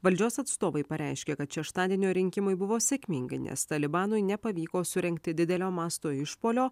valdžios atstovai pareiškė kad šeštadienio rinkimai buvo sėkmingi nes talibanui nepavyko surengti didelio masto išpuolio